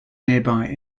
nearby